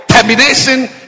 termination